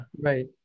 right